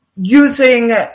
Using